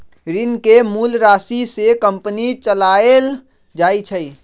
ऋण के मूल राशि से कंपनी चलाएल जाई छई